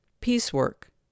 piecework